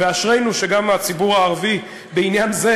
ואשרינו שגם הציבור הערבי בעניין זה